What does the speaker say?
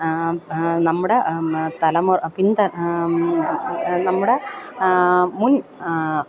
നമ്മുടെ തലമുറ പിൻ നമ്മുടെ മുൻ